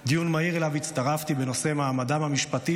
בקשה לדיון מהיר שאליו הצטרפתי בנושא מעמדם המשפטי